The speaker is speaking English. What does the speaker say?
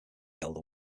elder